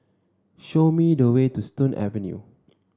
show me the way to Stone Avenue